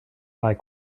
like